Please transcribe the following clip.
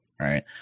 right